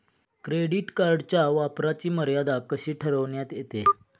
Credit कार्डच्या वापराची मर्यादा कशी ठरविण्यात येते?